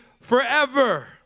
forever